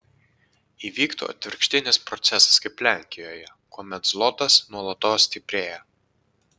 įvyktų atvirkštinis procesas kaip lenkijoje kuomet zlotas nuolatos stiprėja